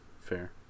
Fair